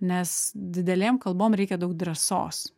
nes didelėm kalbom reikia daug drąsos